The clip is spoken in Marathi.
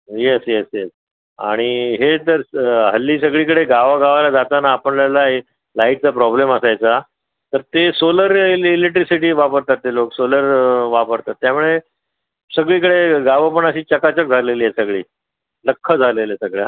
येस येस येस आणि हे तर हल्ली सगळीकडे गावोगावला जाताना आपल्याला एक लाइटचा प्रॉब्लेम असायचा तर ते सोलर इलेक्ट्रिसिटी वापरतात ते लोकं सोलर वापरतात त्यामुळे सगळीकडे गावं पण अशी चकाचक झालेली आहे सगळी लख्ख झालेलं आहे सगळं